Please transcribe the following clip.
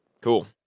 Cool